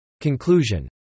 Conclusion